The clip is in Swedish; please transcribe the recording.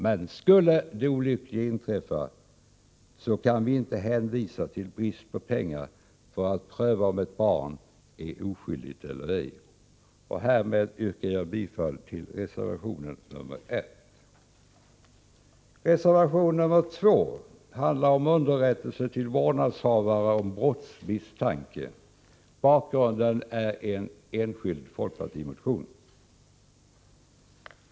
Men skulle det olyckliga inträffa, kan vi inte hänvisa till brist på pengar för att underlåta att pröva om barnet är oskyldigt eller ej. Härmed yrkar jag bifall till reservation nr 1. Reservation nr 2 handlar om underrättelse till vårdnadshavare om brottsmisstanke. Bakgrunden är en enskild folkpartimotion.